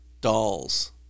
dolls